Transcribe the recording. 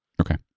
Okay